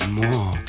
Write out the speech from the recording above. more